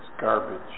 garbage